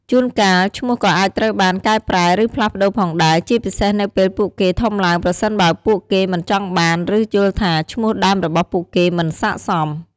ជួនកាលឈ្មោះក៏អាចត្រូវបាន កែប្រែ ឬ ផ្លាស់ប្តូរផងដែរ ជាពិសេសនៅពេលពួកគេធំឡើង ប្រសិនបើពួកគេមិនចង់បាន ឬ យល់ថាឈ្មោះដើមរបស់ពួកគេមិនស័ក្តិសម។